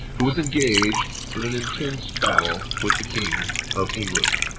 who was engaged in an intense battle with the king of england.